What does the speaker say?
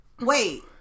wait